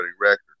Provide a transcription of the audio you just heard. record